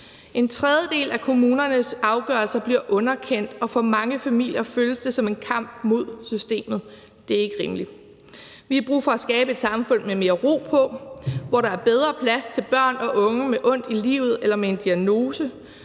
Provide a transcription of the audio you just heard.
En tredjedel af kommunernes afgørelser bliver underkendt, og for mange familier føles det som en kamp mod systemet. Det er ikke rimeligt. Vi har brug for at skabe et samfund med mere ro på, hvor der er bedre plads til børn og unge med ondt i livet eller med en diagnose,